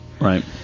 Right